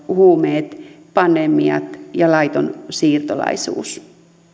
huumeet pandemiat ja laiton siirtolaisuus